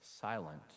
silent